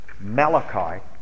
Malachi